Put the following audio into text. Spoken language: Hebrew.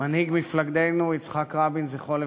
מנהיג מפלגתנו יצחק רבין ז"ל,